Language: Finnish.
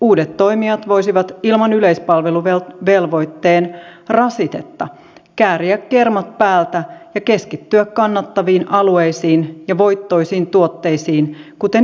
uudet toimijat voisivat ilman yleispalveluvelvoitteen rasitetta kääriä kermat päältä ja keskittyä kannattaviin alueisiin ja voittoisiin tuotteisiin kuten yritysten kirjeisiin